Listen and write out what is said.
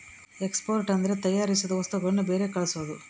export ಅಂದ್ರೆ ತಯಾರಿಸಿದ ವಸ್ತುಗಳನ್ನು ಬೇರೆ ಕಳ್ಸೋದು